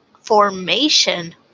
formation